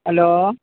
hello